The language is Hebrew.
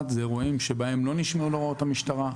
אלה אירועים שבהם לא נשמעו להוראות המשטרה,